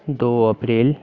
दो अप्रैल